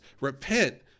repent